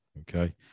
okay